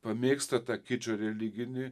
pamėgsta tą kičą religinį